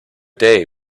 day